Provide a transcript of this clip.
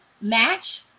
match